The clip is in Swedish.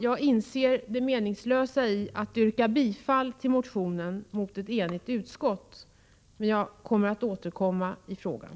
Jag inser det meningslösa i att mot ett enigt utskott yrka bifall till motionen, man jag återkommer i frågan.